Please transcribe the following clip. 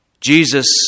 Jesus